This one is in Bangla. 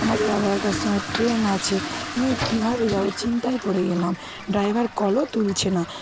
আমাদের এগারোটার সময় ট্রেন আছে কিন্তু আমি কীভাবে যাব চিন্তায় পড়ে গেলাম ড্রাইভার কলও তুলছে না